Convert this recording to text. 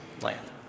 land